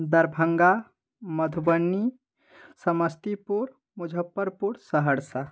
Darbhanga Madhubani Samastipur Muzaffarpur Saharsa